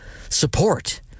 support